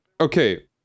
okay